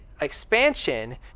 expansion